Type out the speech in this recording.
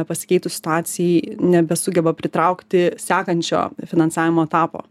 pasikeitus situacijai nebesugeba pritraukti sekančio finansavimo etapo